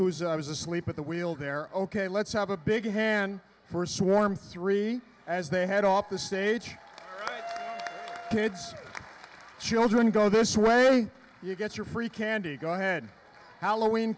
is i was asleep at the wheel there ok let's have a big hand for swarm three as they head off the stage kids children go this way you get your free candy go ahead halloween